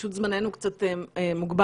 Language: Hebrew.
פשוט זמננו קצת מוגבל,